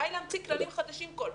די להמציא כללים חדשים כל פעם.